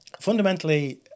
Fundamentally